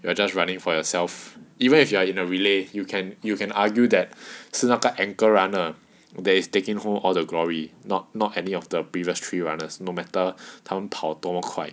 you are just running for yourself even if you are in a relay you can you can argue that 是那个 anchor runner that is taking hold all the glory not not any of the previous three runners no matter 他们跑多么快